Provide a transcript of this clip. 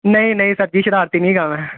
ਨਹੀਂ ਨਹੀਂ ਸਰ ਜੀ ਸ਼ਰਾਰਤੀ ਨਹੀਂ ਹੈਗਾ ਮੈਂ